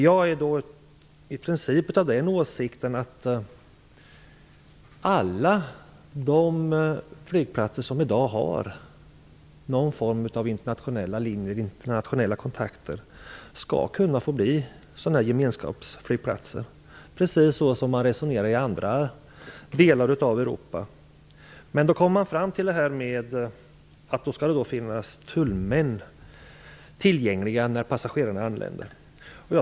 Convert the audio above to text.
Jag är i princip av den åsikten att alla de flygplatser som i dag har någon form av internationella linjer och kontakter skall kunna få bli gemenskapsflygplatser. Precis så har man resonerat i andra delar i Europa. Nu har man kommit fram till att det skall finnas tullmän tillgängliga när passagerarna anländer.